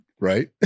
Right